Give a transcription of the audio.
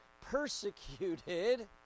persecuted